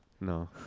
No